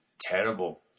terrible